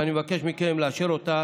ואני מבקש מכם לאשר אותה